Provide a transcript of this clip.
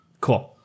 Cool